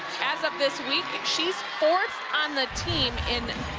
as of this week and she's fourth on the team in